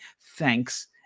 Thanks